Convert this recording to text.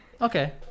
Okay